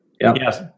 Yes